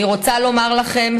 אני רוצה לומר לכם,